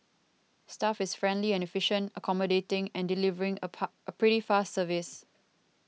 staff is friendly and efficient accommodating and delivering a pa pretty fast service